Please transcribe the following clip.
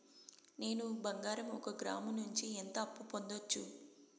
నేను బంగారం ఒక గ్రాము నుంచి ఎంత అప్పు పొందొచ్చు